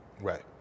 Right